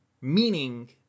meaning